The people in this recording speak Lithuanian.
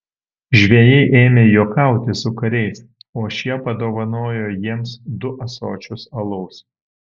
žvejai ėmė juokauti su kariais o šie padovanojo jiems du ąsočius alaus